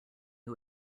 who